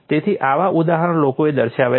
તેથી આવા ઉદાહરણો લોકોએ દર્શાવ્યા છે